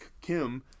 Kim